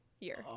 year